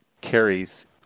carries